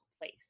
place